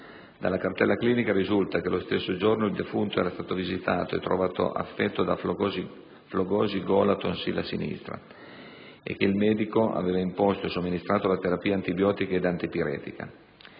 Dalla cartella clinica risulta che lo stesso giorno il defunto era stato visitato e trovato affetto da «flogosi gola più tonsilla sinistra» e che il medico aveva impostato e somministrato la terapia antibiotica ed antipiretica.